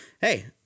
hey